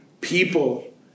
people